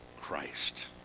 Christ